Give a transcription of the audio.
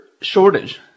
shortage